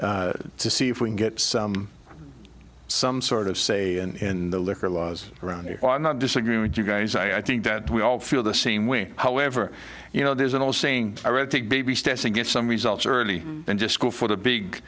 county to see if we can get some some sort of say in the liquor laws around here well i'm not disagreeing with you guys i think that we all feel the same way however you know there's an old saying i read take baby steps to get some results early and just go for the big